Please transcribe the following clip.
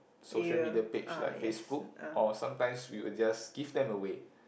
social media page like Facebook or sometimes we will just give them away